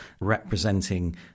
representing